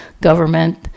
government